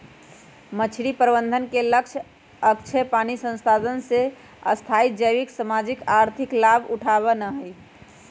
मछरी प्रबंधन के लक्ष्य अक्षय पानी संसाधन से स्थाई जैविक, सामाजिक, आर्थिक लाभ उठेनाइ हइ